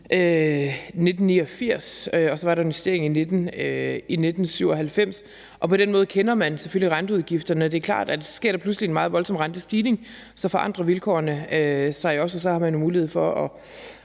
1989, og så var der en justering i 1997. På den måde kender man selvfølgelig renteudgifterne. Det er klart, at sker der pludselig en meget voldsom rentestigning, forandrer vilkårene sig også, og så har man jo mulighed for at